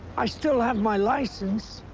i still have my license.